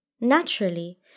Naturally